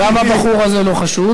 גם הבחור הזה לא חשוד.